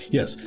Yes